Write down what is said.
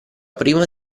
prima